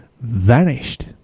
vanished